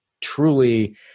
truly